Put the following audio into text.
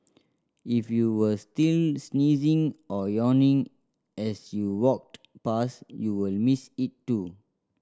if you were still sneezing or yawning as you walked past you will miss it too